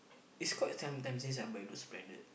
it's quite sometime since I buy those branded